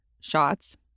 shots